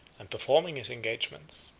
and performing his engagements,